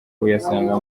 uyasanga